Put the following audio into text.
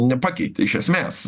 nepakeitė iš esmės